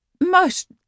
Most